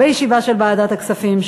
בישיבה של ועדת הכספים,